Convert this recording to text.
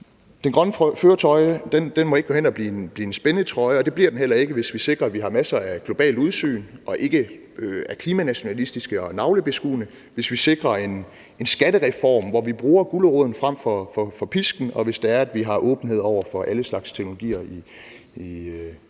den grønne førertrøje ikke må gå hen og blive en spændetrøje, og det bliver den heller ikke, hvis vi sikrer, at vi har masser af globalt udsyn og ikke er klimanationalistiske og navlebeskuende. Hvis vi sikrer, at vi får en skattereform, hvor vi bruger gulerod frem for pisk, og hvis vi har åbenhed over for alle slags teknologier til